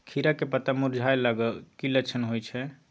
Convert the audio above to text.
खीरा के पत्ता मुरझाय लागल उ कि लक्षण होय छै?